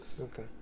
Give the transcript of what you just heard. Okay